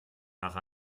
nach